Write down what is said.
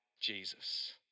Jesus